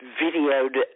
videoed